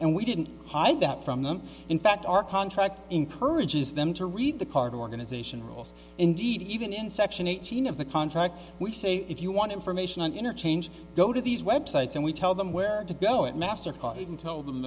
and we didn't hide that from them in fact our contract encourages them to read the card organization rules indeed even in section eighteen of the contract we say if you want information on interchange go to these web sites and we tell them where to go it mastercard even tell them